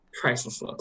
priceless